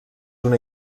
una